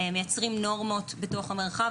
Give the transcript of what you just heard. מייצרים נורמות בתוך המרחב,